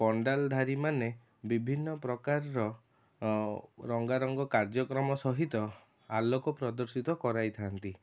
ପେଣ୍ଡାଲଧାରୀ ମାନେ ବିଭିନ୍ନ ପ୍ରକାରର ରଙ୍ଗାରଙ୍ଗ କାର୍ଯ୍ୟକ୍ରମ ସହିତ ଆଲୋକ ପ୍ରଦର୍ଶିତ କରାଇଥାନ୍ତି